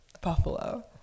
Buffalo